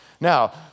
Now